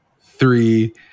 three